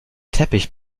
teppich